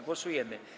Głosujemy.